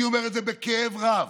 אני אומר את זה בכאב רב,